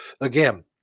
Again